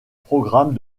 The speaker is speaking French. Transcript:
programmes